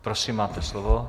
Prosím, máte slovo.